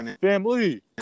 Family